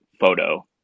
photo